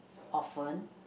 often